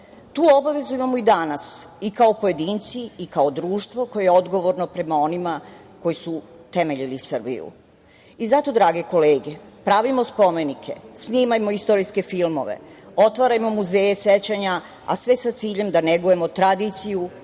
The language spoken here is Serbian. Tu obavezu imamo i danas i kao pojedinci i kao društvo koje je odgovorno prema onima koji su temeljili Srbiju. Zato, drage kolege, pravimo spomenike, snimajmo istorijske filmove, otvarajmo muzeje sećanja, a sve sa ciljem da negujemo tradiciju,